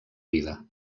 vida